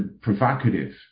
provocative